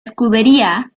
escudería